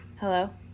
Hello